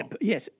Yes